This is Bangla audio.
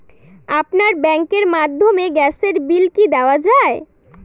আপনার ব্যাংকের মাধ্যমে গ্যাসের বিল কি দেওয়া য়ায়?